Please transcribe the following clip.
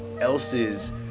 else's